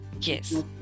yes